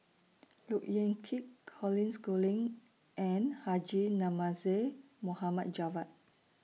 Look Yan Kit Colin Schooling and Haji Namazie Mohd Javad